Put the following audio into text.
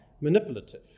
manipulative